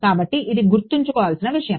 కాబట్టి ఇది గుర్తుంచుకోవలసిన విషయం